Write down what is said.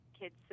kids